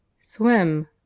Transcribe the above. Swim